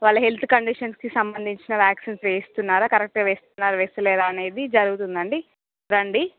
వాళ్ళ హెల్త్ కండిషన్స్కి సంబంధించిన వ్యాక్సిన్స్ వేయిస్తున్నారా కరెక్ట్గా వేస్తున్నారా వేస్తలేదా అనేది జరుగుతుందండి రండి